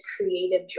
creative